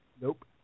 Nope